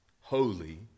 holy